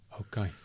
Okay